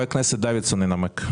חבר הכנסת דוידסון ינמק.